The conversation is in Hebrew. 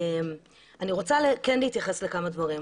אני רוצה כן להתייחס לכמה דברים.